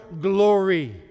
glory